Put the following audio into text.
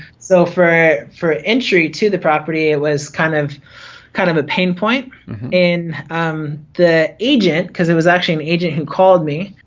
so for for entry to the property, it was kind of kind of a pain point and the agent because it was actually an agent who called me.